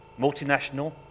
multinational